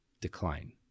decline